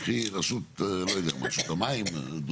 קחי רשות, אני לא יודע מה, רשות המים, דוגמה.